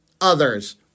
others